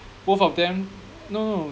both of them no no